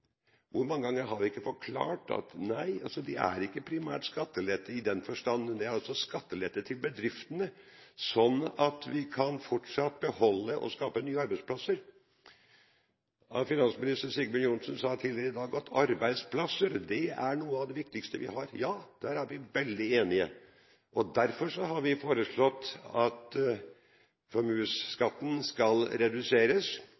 Hvor mange ganger har vi ikke forklart: Nei, det er ikke primært skattelette i den forstand. Det er skattelette til bedriftene, slik at vi fortsatt kan beholde og skape nye arbeidsplasser. Finansminister Sigbjørn Johnsen sa tidligere i dag at arbeidsplasser er noe av det viktigste vi har. Ja, der er vi veldig enige. Derfor har vi foreslått at